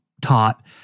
taught